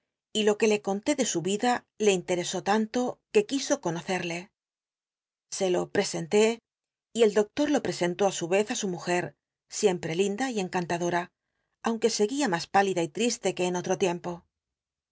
y lo que le contó de su vida le interesó tanto que quiso conocel'lc se lo h'csenlé y el doctor lo presentó i su vez á su muje siempre linda y encantadoa aunque scguia mas pálida y triste que en otro tiempo